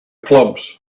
clubs